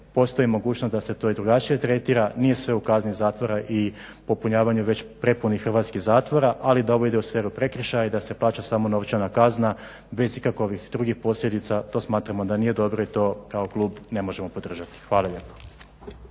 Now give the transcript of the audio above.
Postoji mogućnost da se to i drugačije tretira, nije sve u kazni zatvora i popunjavanju već prepunih hrvatskih zatvora ali da ovo ide u sferu prekršaja i da se plaća samo novčana kazna bez ikakvih drugih posljedica to smatramo da nije dobro i to kao klub ne možemo podržati. Hvala lijepa.